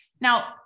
now